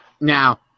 Now